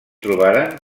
trobaren